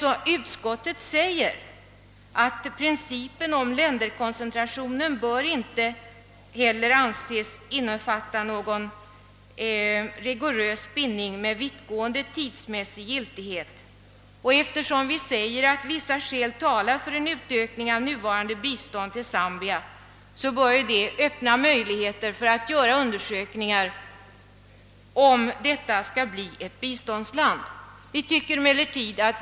Ut skottet skriver att principen om länderkoncentration inte heller bör anses innefatta någon rigorös bindning med vittgående tidsmässig giltighet, men eftersom vi säger att vissa skäl talar för en utökning av det nuvarande biståndet till Zambia, bör detta öppna möjligheter att undersöka huruvida Zambia skall bli ett svenskt biståndsland eller inte.